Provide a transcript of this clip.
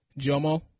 Jomo